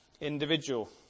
individual